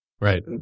Right